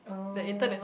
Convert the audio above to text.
oh